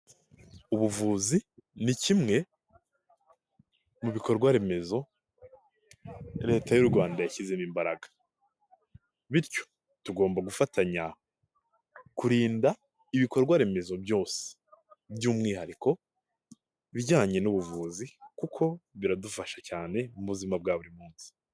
Ubuvuzi ni kimwe mu bikorwa remezo Leta y'u Rwanda yashyizemo imbaraga, bityo tugomba gufatanya kurinda ibikorwa remezo byose, by'umwihariko ibijyanye n'ubuvuzi kuko biradufasha cyane mu buzima bwa buri munsi.